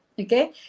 okay